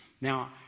now